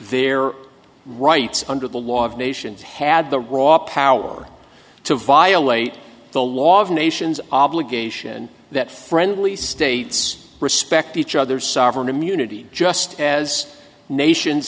their rights under the law of nations had the raw power to violate the law of nations obligation that friendly states respect each other's sovereign immunity just as nations